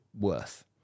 worth